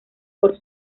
por